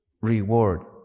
reward